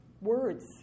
words